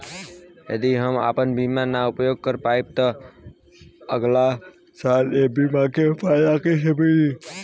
यदि हम आपन बीमा ना उपयोग कर पाएम त अगलासाल ए बीमा के फाइदा कइसे मिली?